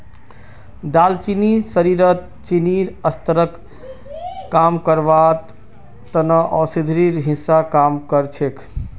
दालचीनी शरीरत चीनीर स्तरक कम करवार त न औषधिर हिस्सा काम कर छेक